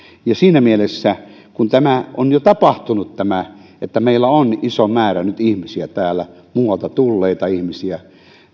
siinä mielessä kun tämä on jo tapahtunut että meillä on iso määrä nyt ihmisiä täällä muualta tulleita ihmisiä